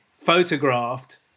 photographed